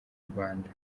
rwanda